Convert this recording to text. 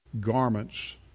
garments